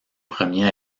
premiers